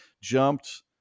jumped